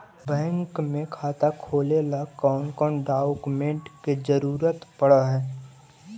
Bank में खाता खोले ल कौन कौन डाउकमेंट के जरूरत पड़ है?